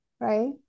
right